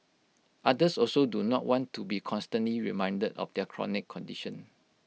others also do not want to be constantly reminded of their chronic condition